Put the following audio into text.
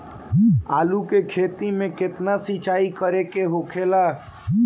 आलू के खेती में केतना सिंचाई करे के होखेला?